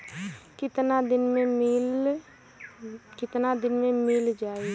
कितना दिन में मील जाई?